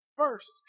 First